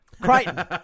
Crichton